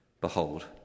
Behold